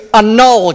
annul